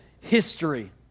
history